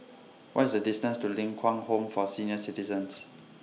What IS The distance to Ling Kwang Home For Senior Citizens